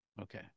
Okay